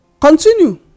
Continue